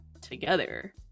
together